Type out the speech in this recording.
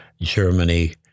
Germany